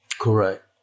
Correct